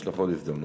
יש לך עוד הזדמנות.